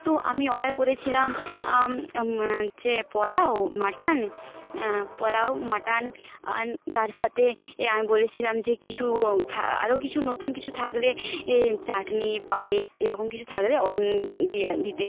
তো আমি অর্ডার করেছিলাম যে পোলাও মাটন পোলাও মাটন তার সাথে আমি বলেছিলাম যে কিছু আরও কিছু নতুন কিছু থাকলে চাটনি পায়েস এরকম কিছু থাকলে দিতে